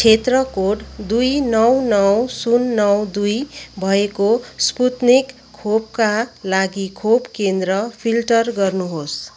क्षेत्र कोड दुई नौ नौ शून नौ दुई भएको स्पुत्निक खोपका लागि खोप केन्द्र फिल्टर गर्नुहोस्